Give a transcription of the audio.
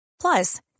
Plus